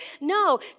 No